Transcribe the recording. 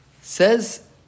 Says